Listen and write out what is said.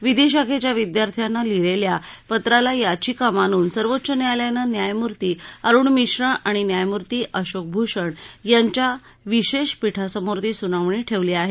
विधीशाखेच्या विद्यार्थ्याने लिहिलेल्या पत्राला याचिका मानून सर्वोच्च न्यायालयानं न्यायमूर्ती अरुण मिश्रा आणि न्यायमूर्ती अशोक भूषण यांच्या विशेष पीठासमोर ती सुनावणीला ठेवली आहे